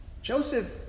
Joseph